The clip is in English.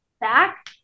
back